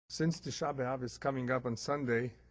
since tisha'a b'av is coming up on sunday,